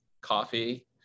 coffee